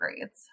grades